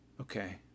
Okay